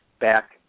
back